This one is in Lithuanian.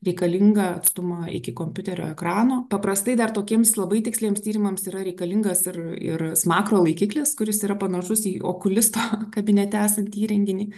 reikalingą atstumą iki kompiuterio ekrano paprastai dar tokiems labai tiksliems tyrimams yra reikalingas ir ir smakro laikiklis kuris yra panašus į okulisto kabinete esantį įrenginį